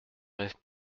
reste